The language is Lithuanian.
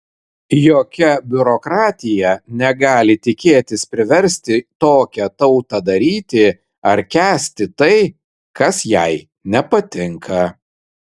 jokia biurokratija negali tikėtis priversti tokią tautą daryti ar kęsti tai kas jai nepatinka